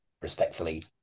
respectfully